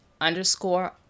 underscore